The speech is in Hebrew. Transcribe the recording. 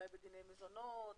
אולי בדיני מזונות,